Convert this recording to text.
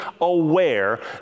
aware